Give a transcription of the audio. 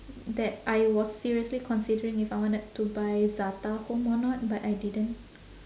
that I was seriously considering if I wanted to buy za'atar home or not but I didn't